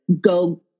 go